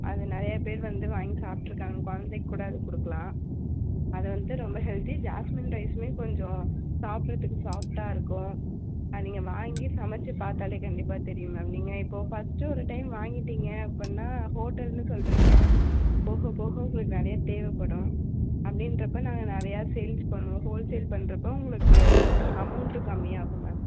அது நிறையா பேர் வந்து வாங்கி சாப்பிட்ருக்காங்க கொழந்தைக்கு அதுக்கூட அது கொடுக்கலாம் அது வந்து ரொம்ப ஹெல்த்தி ஜாஸ்மின் ரைஸ்ஸுமே கொஞ்சம் சாப்பிட்றதுக்கு சாஃப்ட்டாக இருக்கும் அதை நீங்கள் வாங்கி சமைச்சு பார்த்தாலே கண்டிப்பாக தெரியும் மேம் நீங்கள் இப்போது ஃபஸ்ட்டு ஒரு டைம் வாங்கிட்டீங்க அப்பிட்னா ஹோட்டல்னு சொல்றீங்க போகப் போக உங்களுக்கு நிறைய தேவைப்படும் அப்படின்றப்ப நாங்கள் நிறையா சேல்ஸ் பண்ணுவோம் ஹோல்சேல் பண்ணுறப்ப உங்களுக்கு அமௌண்ட்டு கம்மியாகும் மேம்